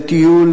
לטיול.